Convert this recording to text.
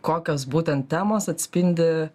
kokios būtent temos atspindi